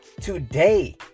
today